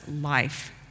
life